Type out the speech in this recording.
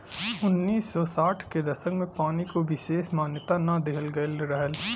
उन्नीस सौ साठ के दसक में पानी को विसेस मान्यता ना दिहल गयल रहल